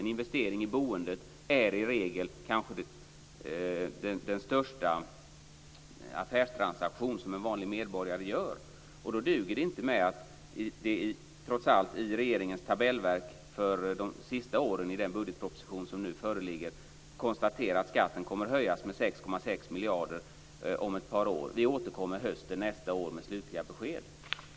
En investering i boendet är i regel den största affärstransaktion som en vanlig medborgare gör. Då duger det inte att det i regeringens tabellverk för de sista åren i den budgetproposition som nu föreligger konstateras att skatten kommer att höjas med 6,6 miljarder om ett par år och att man återkommer på hösten nästa år med slutliga besked.